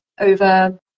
over